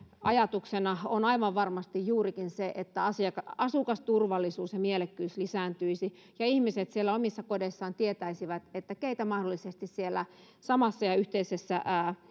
ajatuksena on aivan varmasti juurikin se että asukasturvallisuus ja mielekkyys lisääntyisi ja ihmiset siellä omissa kodeissaan tietäisivät keitä mahdollisesti siellä samassa ja yhteisessä